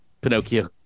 pinocchio